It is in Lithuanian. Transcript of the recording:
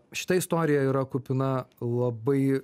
šita istorija yra kupina labai